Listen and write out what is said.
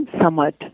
somewhat